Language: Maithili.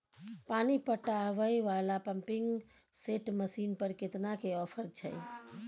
पानी पटावय वाला पंपिंग सेट मसीन पर केतना के ऑफर छैय?